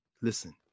listen